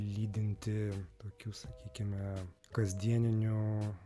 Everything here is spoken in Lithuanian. lydinti tokių sakykime kasdienių